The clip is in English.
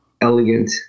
elegant